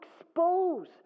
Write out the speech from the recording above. expose